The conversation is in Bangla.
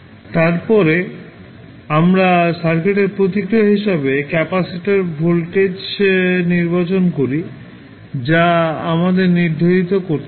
তারপরে আমরা সার্কিটের প্রতিক্রিয়া হিসাবে ক্যাপাসিটার ভোল্টেজ নির্বাচন করি যা আমাদের নির্ধারণ করতে হবে